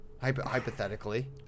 hypothetically